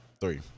three